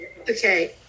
Okay